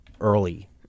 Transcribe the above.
early